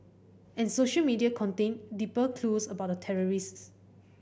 and social media contained deeper clues about the terrorists